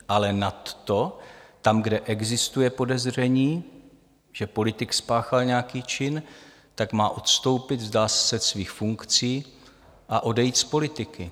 Ale nadto tam, kde existuje podezření, že politik spáchal nějaký čin, tak má odstoupit, vzdát se svých funkcí a odejít z politiky.